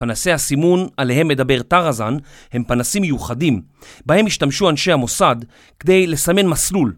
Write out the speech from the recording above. פנסי הסימון עליהם מדבר טראזן, הם פנסים מיוחדים, בהם השתמשו אנשי המוסד כדי לסמן מסלול